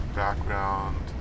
background